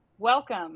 Welcome